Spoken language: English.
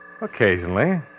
Occasionally